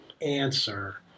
answer